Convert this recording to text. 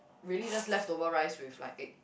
really just leftover rice with like egg